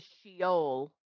Sheol